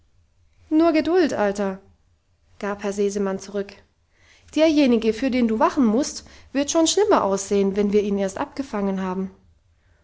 nur geduld alter gab herr sesemann zurück derjenige für den du wachen musst wird schon schlimmer aussehen wenn wir ihn erst abgefangen haben